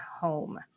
home